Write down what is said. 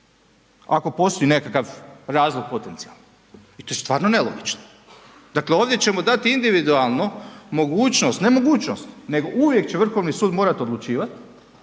Ako postoji nekakav razlog potencijalni i to je stvarno nelogično. Dakle, ovdje ćemo dati individualno mogućnost, ne mogućnost nego uvijek će Vrhovni sud morat odlučivat,